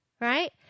right